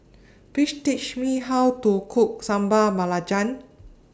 Please teach Me How to Cook Sambal Belacan